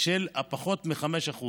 של פחות מ-5%